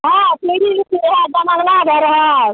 हाँ भी है जमंगला घर है